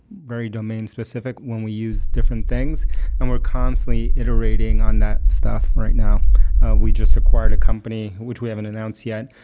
very domain-specific when we use different things and we're constantly iterating on that stuff right now we just acquired a company, which we haven't announced yet,